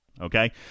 Okay